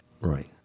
Right